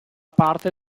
parte